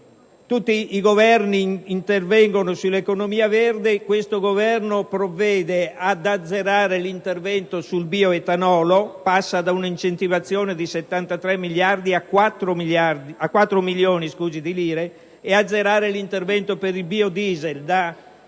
Tutti i Governi intervengono sull'economia verde e questo Governo provvede ad azzerare l'intervento sul bioetanolo (si passa da un'incentivazione di 73 miliardi a 4 milioni di lire) e ad azzerare l'intervento per il biodiesel da